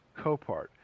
Copart